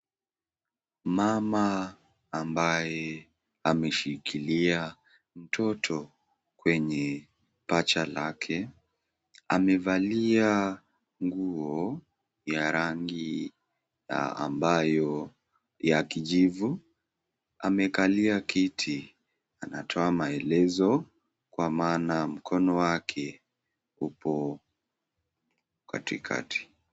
Mama ambaye ameshikilia mtoto kwenye paja lake. Amevalia nguo ya rangi ambayo ya kijivu. Amekalia kiti, anatoa maelezo kwa maana mkono wake upo katikati.